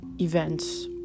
events